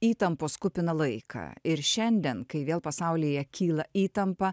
įtampos kupiną laiką ir šiandien kai vėl pasaulyje kyla įtampa